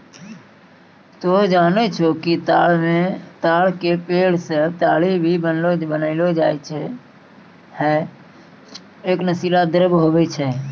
तोहं जानै छौ कि ताड़ के पेड़ सॅ ताड़ी भी बनैलो जाय छै, है एक नशीला द्रव्य होय छै